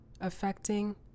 affecting